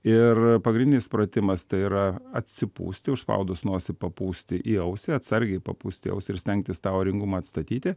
ir pagrindinis pratimas tai yra atsipūsti užspaudus nosį papūsti į ausį atsargiai papūsti į ausį ir stengtis tą oringumą atstatyti